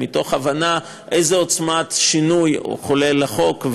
מתוך הבנה איזו עוצמה של שינוי חולל החוק,